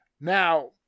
Now